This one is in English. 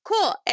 Cool